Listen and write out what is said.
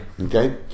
Okay